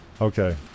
Okay